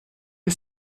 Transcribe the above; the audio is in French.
est